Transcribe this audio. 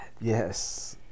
Yes